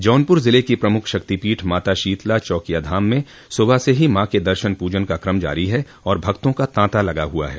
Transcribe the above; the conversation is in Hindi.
जौनपुर ज़िले की प्रमुख शक्तिपीठ माता शोतला चौकिया धाम मं सुबह से ही मां के दर्शन पूजन का कम जारी है और भक्तों का तांता लगा हुआ है